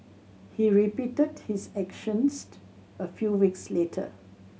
he repeated his actions a few weeks later